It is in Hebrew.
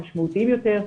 המשמעותיים יותר,